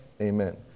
amen